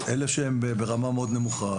אלה שהם ברמה מאוד נמוכה,